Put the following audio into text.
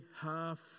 half